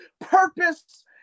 purpose